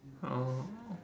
uh